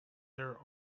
their